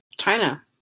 China